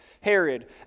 Herod